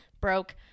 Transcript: broke